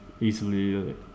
easily